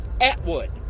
Atwood